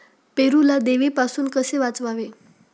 पेरूला देवीपासून कसे वाचवावे?